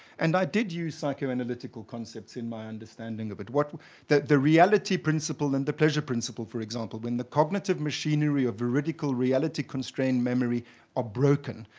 and i did use psychoanalytical concepts in my understanding of it. what that the reality principle and the pleasure principle, for example. when the cognitive machinery of veridical reality-constrained memory are broken,